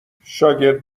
شاگرد